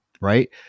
right